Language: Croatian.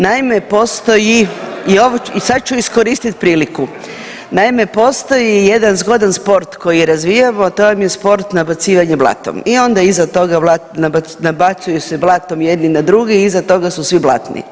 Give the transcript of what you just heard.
Naime, postoji i sad ću iskoristit priliku, naime postoji jedan zgodan sport koji razvijamo, a to vam je sport nabacivanjem blatom i onda iza toga nabacuju se blatom jedni na druge i iza toga su svi blatni.